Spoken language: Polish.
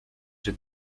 czy